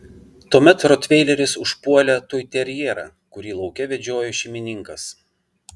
tuomet rotveileris užpuolė toiterjerą kurį lauke vedžiojo šeimininkas